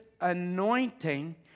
anointing